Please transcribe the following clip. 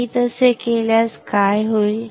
मी तसे केल्यास काय होईल